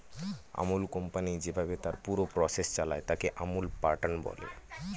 Amul company যেভাবে তার পুরো প্রসেস চালায়, তাকে আমুল প্যাটার্ন বলে